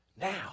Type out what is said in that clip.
Now